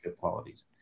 qualities